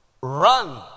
run